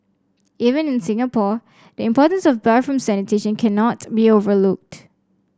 even in Singapore the importance of bathroom sanitation cannot be overlooked